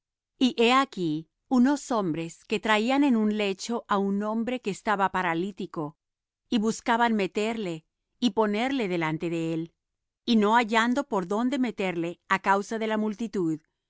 aquí unos hombres que traían sobre un lecho un hombre que estaba paralítico y buscaban meterle y ponerle delante de él y no hallando por donde meterle á causa de la multitud